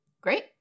Great